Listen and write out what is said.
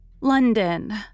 London